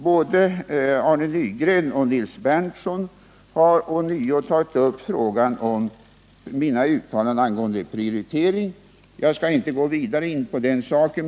Både Arne Nygren och Nils Berndtson har ånyo tagit upp frågan om mina uttalanden angående prioritering. Jag skall inte gå vidare in på den saken.